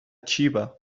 xiva